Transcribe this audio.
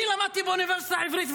אני למדתי באוניברסיטה העברית,